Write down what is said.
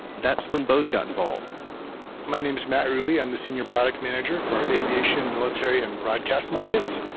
that's when bose got involved my name is matt ruwe. yeah i'm the senior product manager for our aviation, military, and broadcast markets